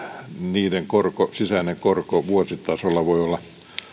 niiden sisäinen korko vuositasolla voi olla